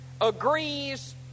agrees